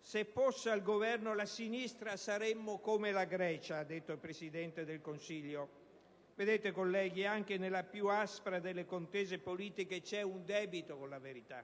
«se fosse al Governo la sinistra saremmo come la Grecia» pronunciato dal Presidente del Consiglio. Vedete, colleghi, anche nella più aspra delle contese politiche c'è un debito con la verità.